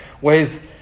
ways